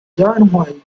byantwaye